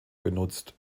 genutzt